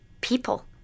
people